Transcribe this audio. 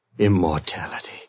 Immortality